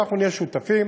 ואנחנו נהיה שותפים